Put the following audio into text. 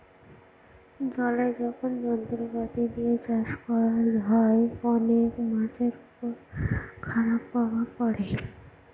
জলে যখন যন্ত্রপাতি দিয়ে চাষ করা হয়, অনেক মাছের উপর খারাপ প্রভাব পড়ে